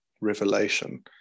revelation